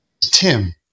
tim